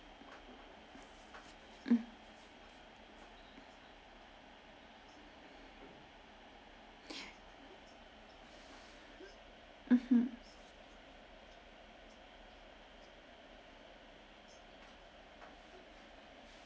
mm mmhmm